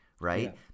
right